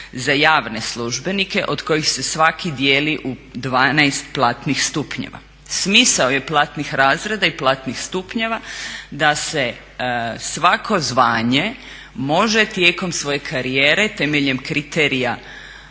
za javne službenike od kojih se svaki dijeli u 12 platnih stupnjeva. Smisao je platnih razreda i platnih stupnjeva da se svako zvanje može tijekom svoje karijere temeljem kriterija